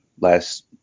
last